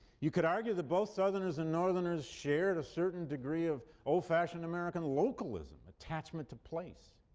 you could argue that both southerners and northerners shared a certain degree of old-fashioned american localism, attachment to place.